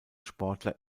sportler